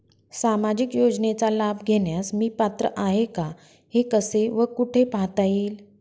सामाजिक योजनेचा लाभ घेण्यास मी पात्र आहे का हे कसे व कुठे पाहता येईल?